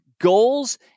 goals